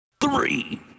three